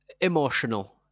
emotional